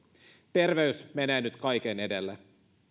terveys menee nyt kaiken edelle